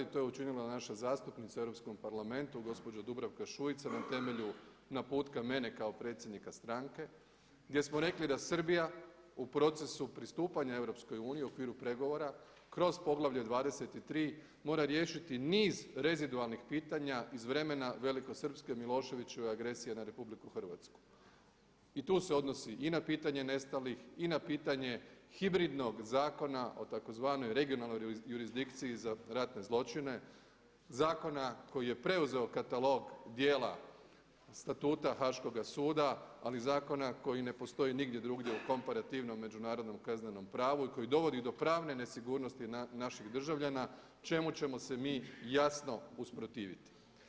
To je učinila naša zastupnica u Europskom parlamentu gospođa Dubravka Šuica na temelju naputka mene kao predsjednika stranke, gdje smo rekli da Srbija u procesu pristupanja EU u okviru pregovora, kroz poglavlje 23 mora riješiti niz rezidualnih pitanja iz vremena velikosrpske Miloševićeve agresije na RH i tu se odnosi i na pitanje nestalih i na pitanje hibridnog zakona o tzv. regionalnoj jurisdikciji za ratne zločine, zakona koji je preuzeo katalog djela statuta Haškoga suda, ali zakona koji ne postoji nigdje drugdje u komparativnom međunarodnom kaznenom pravu i koji dovodi do pravne nesigurnosti naših državljana, čemu ćemo se mi jasno usprotiviti.